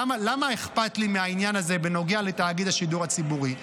למה אכפת לי מהעניין הזה בנוגע לתאגיד השידור הציבורי?